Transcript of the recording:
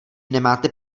nemáte